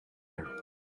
air